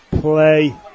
play